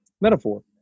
metaphor